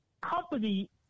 company